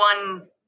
one